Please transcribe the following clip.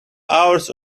hours